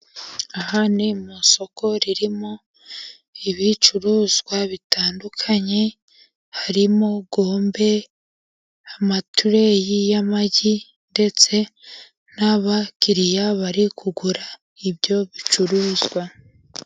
Aha ni mu isoko ririmo ibicuruzwa bitandukanye harimo gombe, amatureyi y'amagi, ndetse n'abakiriya bari kugura ibyo bicuruzwa.